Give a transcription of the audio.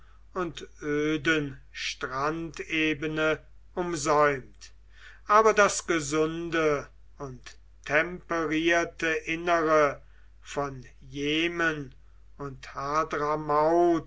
und öden strandebene umsäumt aber das gesunde und temperierte innere von jemen und